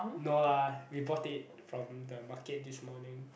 no lah we bought it from the market this morning